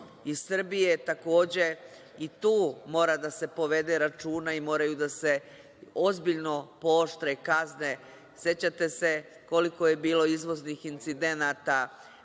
iz Srbije, takođe i tu mora da se povede računa i moraju da se ozbiljno pooštre kazne. Sećate se koliko je bilo izvoznih incidenata